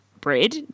bread